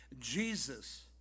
Jesus